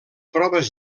proves